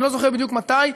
אני לא זוכר בדיוק מתי,